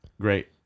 Great